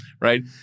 right